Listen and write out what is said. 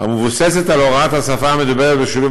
המבוססת על הוראת השפה המדוברת בשילוב